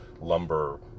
lumber